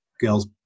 girls